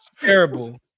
terrible